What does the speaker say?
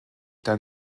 dann